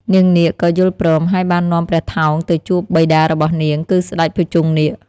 នាងនាគក៏យល់ព្រម ហើយបាននាំព្រះថោងទៅជួបបិតារបស់នាង គឺស្ដេចភុជង្គនាគ។